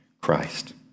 Christ